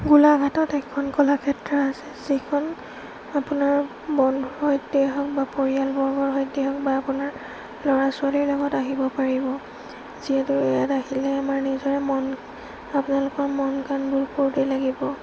গোলাঘাটত এখন কলাক্ষেত্ৰ আছে যিখন আপোনাৰ বন্ধুৰ সৈতেই হওক বা পৰিয়ালবৰ্গৰ সৈতেই হওক বা আপোনাৰ ল'ৰা ছোৱালীৰ লগত আহিব পাৰিব যিহেতু ইয়াত আহিলে আমাৰ নিজৰে মন আপোনালোকৰ মন প্ৰাণবোৰ ফূৰ্তি লাগিব